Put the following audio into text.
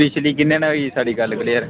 पिछली किन्ने न होई साढ़ी गल्ल क्लीयर